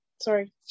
sorry